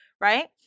Right